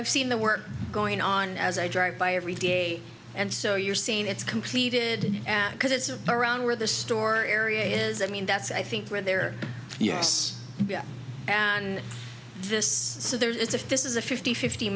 i've seen the work going on as i drive by every day and so you're seeing it's completed and because it's a around where the store area is i mean that's i think we're there yes and this so there is if this is a fifty fifty